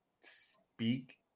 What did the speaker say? speak